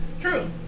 True